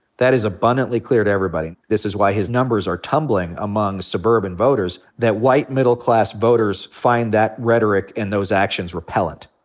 that is abundantly clear to everybody. this is why his numbers are tumbling among suburban voters, that white middle class voters find that rhetoric and those actions repellent.